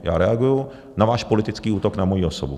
Já reaguji na váš politický útok na moji osobu.